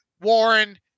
Warren